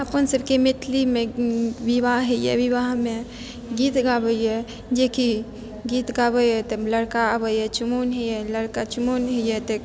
अपन सबके मैथिलीमे विवाह हय यऽ विवाहमे गीत गाबै यऽ जेकि गीत गाबै यऽ तऽ लड़का आबै यऽ चुमाउन हय यऽ लड़का चुमाउन हय यऽ तऽ